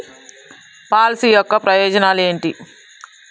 Policy యొక్క ప్రయోజనాలు ఏమిటి?